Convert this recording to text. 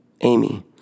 Amy